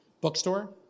bookstore